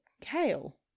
kale